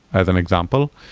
as an example,